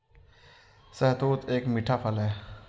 शहतूत एक मीठा फल है